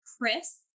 chris